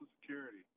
Security